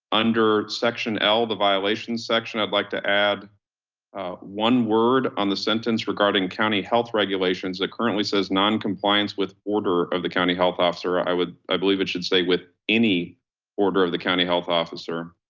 under section l the violation section. i'd like to add one word on the sentence regarding county health regulations that currently says noncompliance with order of the county health officer. i would, i believe it should say with any order of the county health officer.